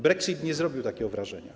Brexit nie zrobił takiego wrażenia.